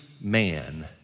man